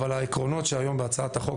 אבל העקרונות שנמצאים היום בהצעת החוק,